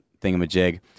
thingamajig